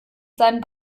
seinen